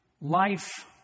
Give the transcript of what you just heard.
life